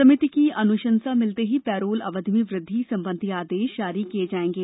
समिति की अनुशंसा मिलते ही पैरोल अवधि में वृद्धि संबंधी आदेश जारी किये जाएगे